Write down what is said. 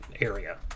area